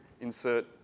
insert